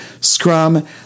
Scrum